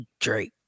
Drake